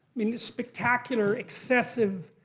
mean, spectacular, excessive